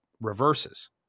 reverses